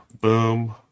boom